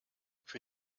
für